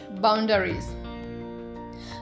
boundaries